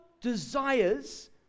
desires